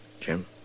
Jim